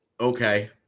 okay